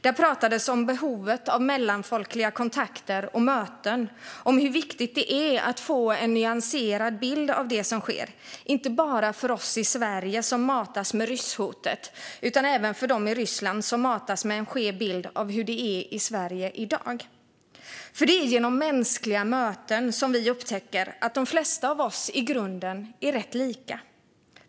Där pratades om behovet av mellanfolkliga kontakter och möten och om hur viktigt det är att få en nyanserad bild av det som sker, inte bara för oss i Sverige som matas med rysshotet utan även för dem i Ryssland som matas med en skev bild av hur det är i Sverige i dag. Det är nämligen genom mänskliga möten som vi upptäcker att de flesta av oss i grunden är rätt lika.